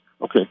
Okay